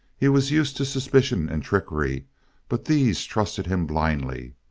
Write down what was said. he was used to suspicion and trickery but these trusted him blindly.